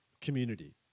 Community